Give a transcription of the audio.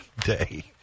day